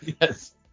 Yes